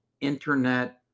internet